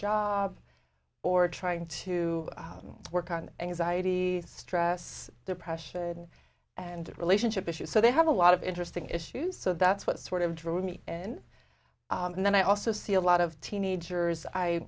job or trying to work on anxiety stress depression and relationship issues so they have a lot of interesting issues so that's what sort of drew me in and then i also see a lot of teenagers i